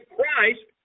Christ